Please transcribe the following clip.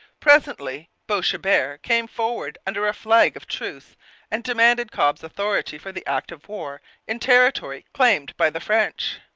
presently boishebert came forward under a flag of truce and demanded cobb's authority for the act of war in territory claimed by the french.